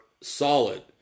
solid